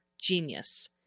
Genius